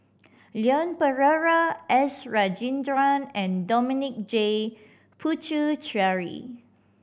Leon Perera S Rajendran and Dominic J Puthucheary